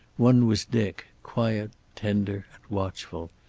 one was dick, quiet, tender and watchful.